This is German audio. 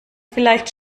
vielleicht